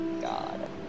God